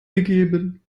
gegeben